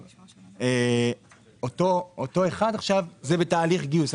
אותו אחד עכשיו בתהליך גיוס,